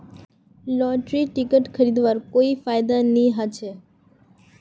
lottery coupon खरीदवार कोई फायदा नी ह छ